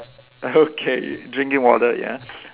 okay drinking water ya